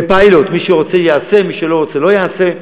בפיילוט מי שרוצה יעשה, מי שלא רוצה לא יעשה.